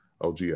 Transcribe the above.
OG